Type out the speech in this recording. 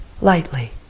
lightly